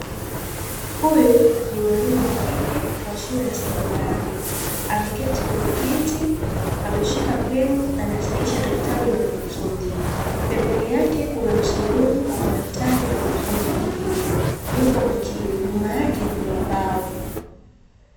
Huyu ni mwalimu wa kike wa shule ya sekondari, ameketi kwenye kiti, ameshika peni anasahihisha daftari la mwanafunzi, pembeni yake kuna msururu wa madaftari ya wanafunzi wengine, yuko makini nyuma yake kuna ubao.